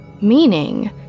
meaning